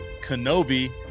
Kenobi